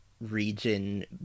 region